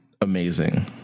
amazing